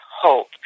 hope